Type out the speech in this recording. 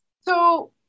So-